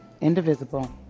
indivisible